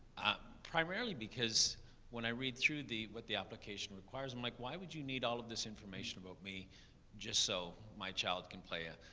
ah, primarily because when i read through the, what the application requires, i'm like, why would you need all of this information about me just so my child can play a,